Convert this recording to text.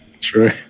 True